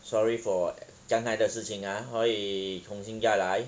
sorry for 刚才的事情啊所以重新再来